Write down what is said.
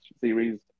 series